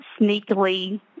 sneakily